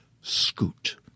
scoot